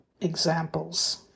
examples